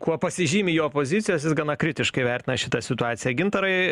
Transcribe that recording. kuo pasižymi jo pozicijos jis gana kritiškai vertina šitą situaciją gintarai